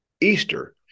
Easter